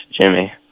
Jimmy